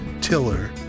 tiller